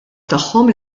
tagħhom